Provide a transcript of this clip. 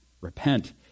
repent